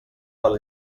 del